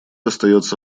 остается